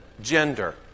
gender